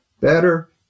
Better